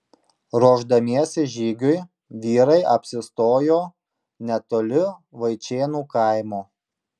ruošdamiesi žygiui vyrai apsistojo netoli vaičėnų kaimo